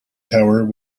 tower